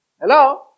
Hello